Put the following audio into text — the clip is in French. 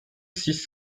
six